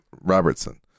Robertson